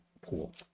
pool